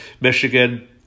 Michigan